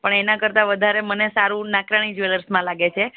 પણ એના કરતાં વધારે સારું મને નાકરાણી જ્વેલર્સમાં લાગે છે